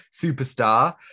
superstar